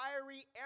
fiery